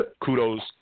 kudos